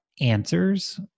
answers